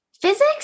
physics